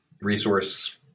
resource